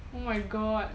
oh my god